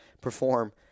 perform